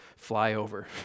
flyover